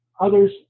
others